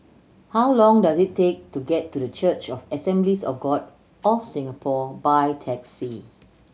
how long does it take to get to The Church of the Assemblies of God of Singapore by taxi